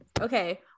Okay